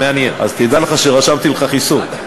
אז תדע לך שרשמתי לך חיסור.